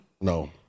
No